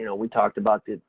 you know we talked about the,